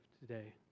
today